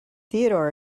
theodore